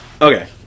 okay